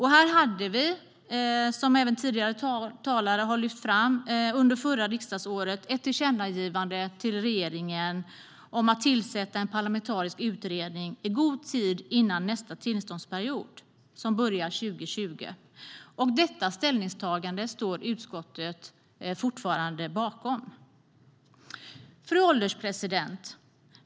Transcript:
Här hade vi, som även tidigare talare har lyft fram, under förra riksdagsåret ett tillkännagivande till regeringen om att tillsätta en parlamentarisk utredning i god tid före nästa tillståndsperiod, som börjar 2020. Detta ställningstagande står utskottet fortfarande bakom. Fru ålderspresident!